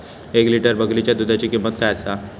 एक लिटर बकरीच्या दुधाची किंमत काय आसा?